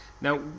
Now